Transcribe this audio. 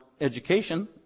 education